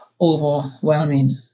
overwhelming